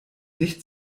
nicht